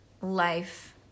life